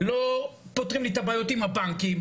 לא פותרים לי את הבעיות עם הבנקים,